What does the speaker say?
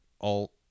alt